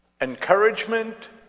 encouragement